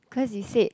cause you said